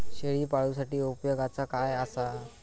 शेळीपाळूसाठी उपयोगाचा काय असा?